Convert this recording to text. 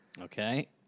Okay